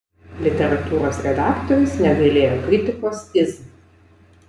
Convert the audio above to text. literatūros redaktorius negailėjo kritikos iz